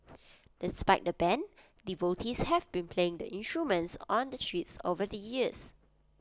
despite the ban devotees have been playing the instruments on the streets over the years